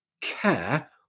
care